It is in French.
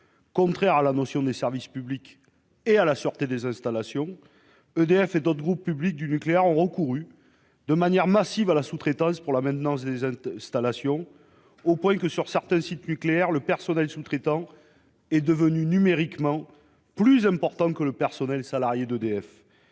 contraires à la notion de service public et à la sûreté des installations, EDF et d'autres groupes publics du nucléaire ont recouru de manière massive à la sous-traitance pour la maintenance des installations, au point que, sur certains sites nucléaires, le personnel sous-traitant est devenu numériquement plus important que le personnel salarié d'EDF